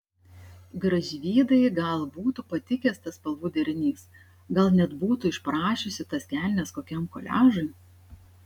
gražvydai gal būtų patikęs tas spalvų derinys gal net būtų išprašiusi tas kelnes kokiam koliažui